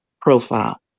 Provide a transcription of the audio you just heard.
profile